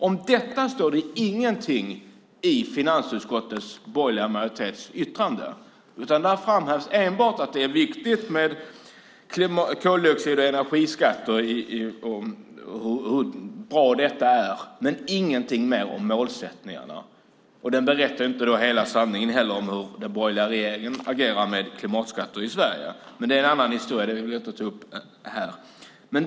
Om detta står det ingenting i finansutskottets borgerliga majoritets utlåtande. Där framhävs enbart att det är viktigt med koldioxid och energiskatter och hur bra detta är, men det står ingenting mer om målsättningarna. Utlåtandet berättar inte heller hela sanningen om hur den borgerliga regeringen agerar med klimatskatter i Sverige, men det är en annan historia som jag inte tar upp här.